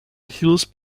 hills